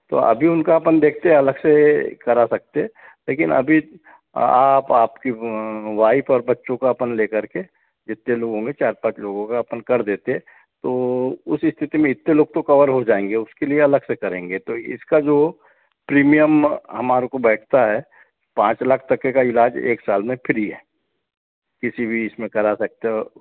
तो अभी उनका अपन देखते अलग से करा सकते हैं लेकिन अभी आप आपकी वाइफ़ और बच्चों का अपन ले करके जितने लोग होंगे चार पाँच लोगों का अपन कर देते है तो उस स्थिति में इतने लोग तो कवर हो जाएंगे उसके लिए अलग से करेंगे तो इसका जो प्रीमियम हमारे को बैठता है पाँच लाख तक के का ईलाज एक साल में फ्री है किसी भी इसमें करा सकते हो